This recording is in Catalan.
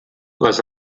les